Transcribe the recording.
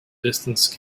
distance